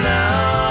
now